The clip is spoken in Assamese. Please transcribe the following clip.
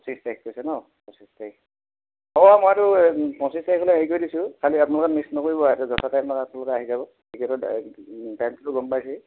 পঁচিছ তাৰিখ কৈছে ন পঁচিছ তাৰিখ হ'ব মইতো পঁচিছ তাৰিখলৈ হেৰি কৰি দিছোঁ খালি আপোনালোকে মিছ নকৰিব টিকেট টাইমটোতো গম পাইছেই